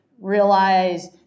realize